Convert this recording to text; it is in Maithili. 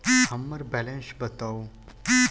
हम्मर बैलेंस बताऊ